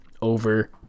Over